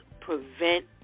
Prevent